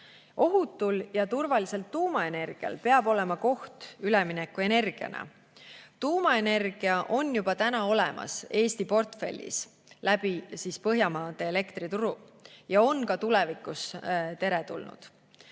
Ohutul ja turvalisel tuumaenergial peab olema koht üleminekuenergiana. Tuumaenergia on juba täna olemas Eesti portfellis Põhjamaade elektrituru kaudu ja on ka tulevikus teretulnud.